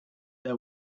they